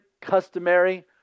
customary